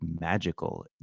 magical